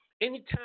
Anytime